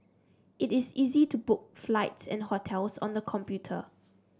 it is easy to book flights and hotels on the computer